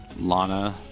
Lana